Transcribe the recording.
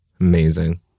Amazing